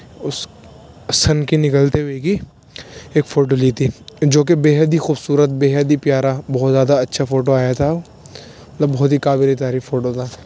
اس سن کے نکلتے ہوئے کی ایک فوٹو لی تھی جو کہ بیحد ہی خوبصورت بیحد ہی پیارا بہت زیادہ اچھا فوٹو آیا تھا مطلب بہت ہی قابلِ تعریف فوٹو تھا